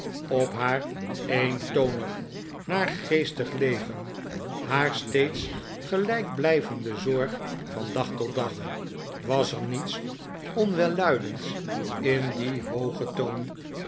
op haar eentonig naargeestig leven haar steeds gelijkblijvende zorg van dag tot dag was er niets onwelluidends in dien hoogen toon